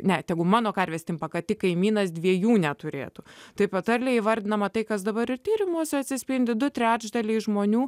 net tegu mano karves stimpa kad kaimynas dviejų neturėtų taip patarlė įvardinama tai kas dabar ir tyrimuose atsispindi du trečdaliai žmonių